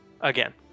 again